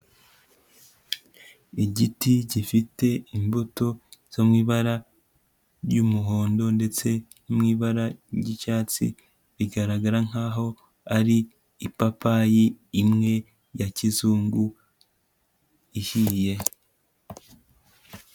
Igiti gifite imbuto zo mu ibara ry'umuhondo ndetse no mu ibara ry'icyatsi, bigaragara nkaho ari ipapayi imwe ya kizungu ihiye.